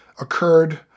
occurred